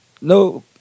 no